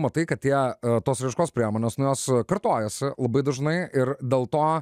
matai kad tie tos raiškos priemonės na jos kartojasi labai dažnai ir dėl to